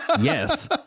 yes